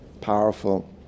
powerful